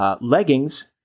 leggings